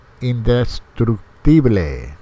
Indestructible